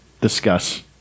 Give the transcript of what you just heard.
Discuss